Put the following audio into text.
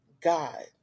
God